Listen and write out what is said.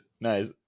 nice